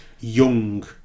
young